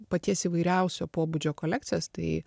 paties įvairiausio pobūdžio kolekcijas tai